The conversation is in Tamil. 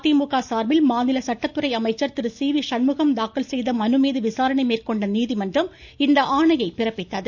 அஇஅதிமுக சார்பில் மாநில சட்டத்துறை அமைச்சர் திரு சி வி சண்முகம் தாக்கல் செய்த மனுமீது விசாரணை மேற்கொண்ட நீதிமன்றம் இந்த ஆணையை பிறப்பித்தது